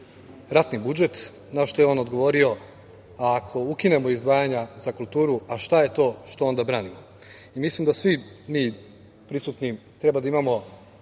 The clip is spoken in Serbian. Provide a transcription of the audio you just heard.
ratni budžet, na šta je on odgovorio: „Ako ukinemo izdvajanja za kulturu, šta je to što onda branimo?“Mislim da svi mi prisutni treba da imamo